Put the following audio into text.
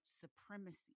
supremacy